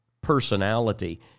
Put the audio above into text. personality